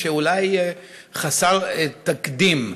שהוא אולי חסר תקדים.